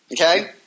Okay